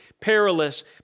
perilous